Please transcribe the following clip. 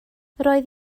roedd